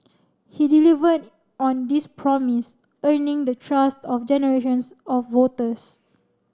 he delivered on this promise earning the trust of generations of voters